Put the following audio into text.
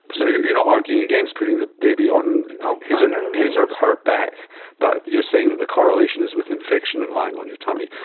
but so you're not you know arguing against putting the baby on his and um his or her back but you're saying that the correlation is with infection and lying on your tummy.